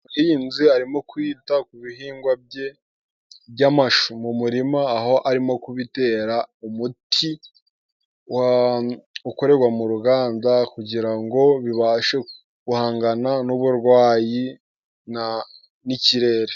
Umuhinzi arimo kwita ku bihingwa bye by'amashu mu murima， aho arimo kubitera umuti ukorerwa mu ruganda， kugira ngo bibashe guhangana n'uburwayi n'ikirere.